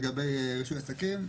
לגבי רישוי עסקים,